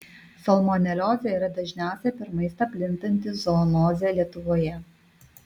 salmoneliozė yra dažniausia per maistą plintanti zoonozė lietuvoje